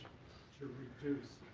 to reduce